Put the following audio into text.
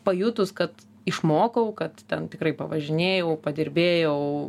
pajutus kad išmokau kad ten tikrai pavažinėjau padirbėjau